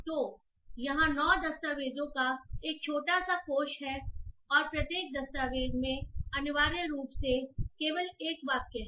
तो यहाँ 9 दस्तावेजों का एक छोटा सा कोष है और प्रत्येक दस्तावेज़ में अनिवार्य रूप से केवल एक वाक्य है